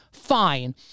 fine